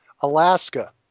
Alaska